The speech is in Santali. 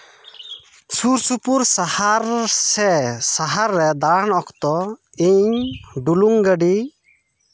ᱥᱩᱨ ᱥᱩᱯᱩᱨ ᱥᱟᱦᱟᱨ ᱥᱮ ᱥᱟᱦᱟᱨ ᱨᱮ ᱫᱟᱬᱟᱱ ᱚᱠᱛᱚ ᱤᱧ ᱰᱩᱞᱩᱝ ᱜᱟᱹᱰᱤ